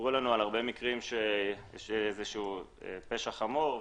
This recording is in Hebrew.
ספרו לנו על הרבה מקרים שיש פשע חמור,